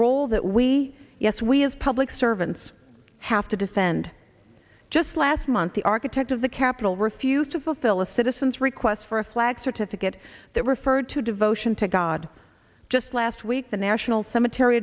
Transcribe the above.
role that we yes we as public servants have to defend just last month the architect of the capitol refused to fulfill a citizens request for a flag certificate that referred to devotion to god just last week the national cemetery